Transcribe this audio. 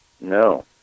No